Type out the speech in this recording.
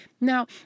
Now